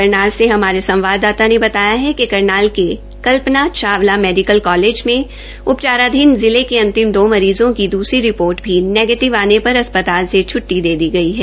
करनाल से हमारे संवाददाता ने बताया है कि करनाल के कल्पना चावला मेडीकल कॉलेज में उपचाराधीन जिले के अंतिम दो मरीजों की दूसरी रिपोर्ट भी नैगेटिव आने पर अस्पताल से छटटी दे दी गई है